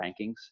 rankings